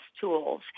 tools